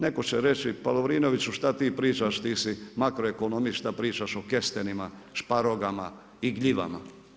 Netko će reći pa Lovrinoviću, šta ti pričaš, ti su makroekonomist, šta pričaš o kestenima, šparogama i gljivama.